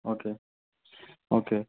okay okay